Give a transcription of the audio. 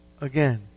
again